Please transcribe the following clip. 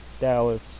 dallas